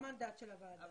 זה לא מנדט של הועדה הזאת.